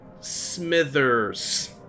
Smithers